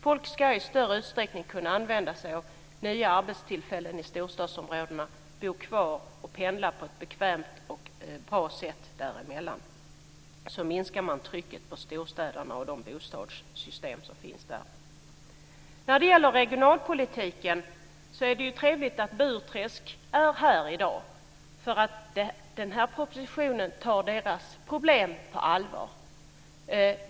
Folk ska i större utsträckning kunna dra nytta av nya arbetstillfällen i storstadsområdena, bo kvar och pendla på ett bekvämt och bra sätt däremellan. Så minskar man trycket på storstäderna och de bostadssystem som finns där. När det gäller regionalpolitiken är det trevligt att Burträsk byalag är med i dag. Den här propositionen tar nämligen Burträsks problem på allvar.